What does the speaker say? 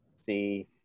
see